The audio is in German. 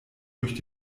durch